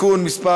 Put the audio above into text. גם אני מקוזז.